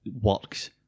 works